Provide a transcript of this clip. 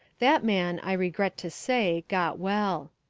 that man, i regret to say, got well.